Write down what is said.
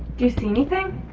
do you see anything?